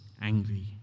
angry